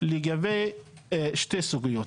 לגבי שתי סוגיות.